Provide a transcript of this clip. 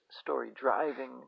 story-driving